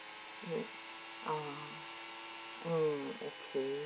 mm uh mm okay